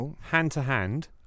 hand-to-hand